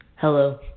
Hello